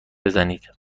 بزنید